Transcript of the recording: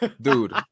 dude